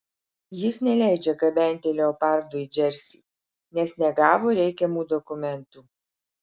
jis neleidžia gabenti leopardų į džersį nes negavo reikiamų dokumentų